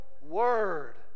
Word